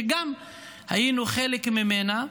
שגם היינו חלק ממנה,